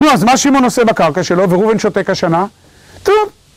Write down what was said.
נו, אז מה שמעון עושה בקרקע שלו, וראובן שותק השנה? טוב.